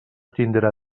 tindrà